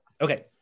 Okay